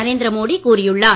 நரேந்திர மோடி கூறியுள்ளார்